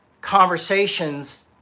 conversations